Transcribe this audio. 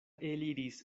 eliris